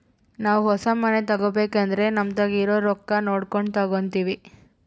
ನಾವು ಹೊಸ ಮನೆ ತಗಬೇಕಂದ್ರ ನಮತಾಕ ಇರೊ ರೊಕ್ಕ ನೋಡಕೊಂಡು ತಗಂತಿವಿ